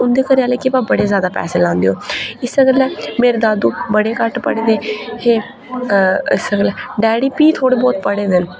उन्दे घरा के पता बड़े ज्यादा पैसे लांदे होन इस्सै गल्ला मेरे दादू बड़े घट्ट पढ़े दे डैडी फ्ही थोह्ड़े बहुत पढ़े दे न